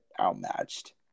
outmatched